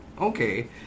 Okay